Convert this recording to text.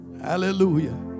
Hallelujah